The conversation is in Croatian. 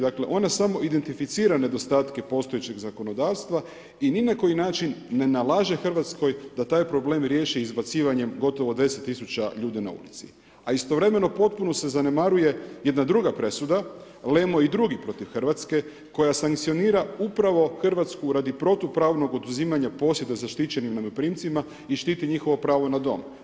Dakle ona samo identificira nedostatke postojećeg zakonodavstva i ni na koji način ne nalaže Hrvatskoj da taj problem riješi izbacivanjem gotovo 10000 ljudi na ulici, a istovremeno potpuno se zanemaruje, jedna druga presuda, Lemo i drugi protiv Hrvatske, koja sankcionira upravo Hrvatsku radi protupravnog oduzimanja posjeda zaštićenim najmoprimcima i štiti njihovog pravno na dom.